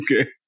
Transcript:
Okay